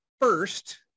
first